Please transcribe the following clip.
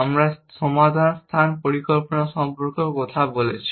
আমরা সমাধান স্থান পরিকল্পনা সম্পর্কে কথা বলেছি